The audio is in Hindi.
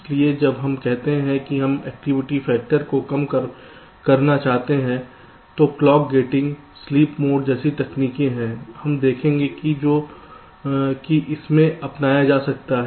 इसलिए जब हम कहते हैं कि हम एक्टिविटी फैक्टर को कम करना चाहते हैं तो क्लॉक गेटिंग स्लीप मोड जैसी तकनीकें हैं हम देखेंगे कि इसे अपनाया जा सकता है